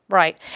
right